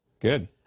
Good